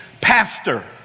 Pastor